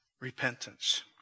repentance